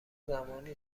زمانی